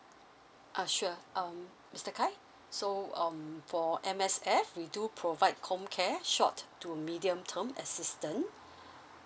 uh sure um mister khai so um for M_S_F we do provide comcare short to medium term assistant